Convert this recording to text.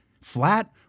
flat